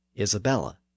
Isabella